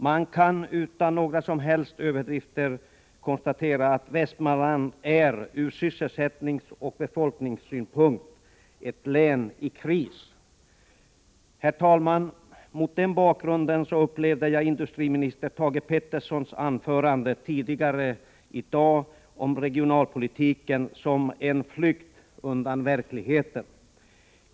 Man kan utan några som helst överdrifter konstatera att Västmanland är ur sysselsättningsoch befolkningssynpunkt ett län i kris. Herr talman! Mot den bakgrunden upplevde jag industriminister Thage Petersons anförande tidigare i dag om regionalpolitiken som en flykt undan verkligheten.